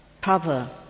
proper